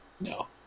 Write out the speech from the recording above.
no